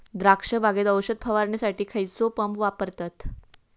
द्राक्ष बागेत औषध फवारणीसाठी खैयचो पंप वापरतत?